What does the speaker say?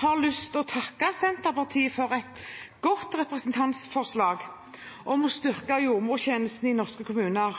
har lyst til å takke Senterpartiet for et godt representantforslag om å styrke jordmortjenesten i norske kommuner,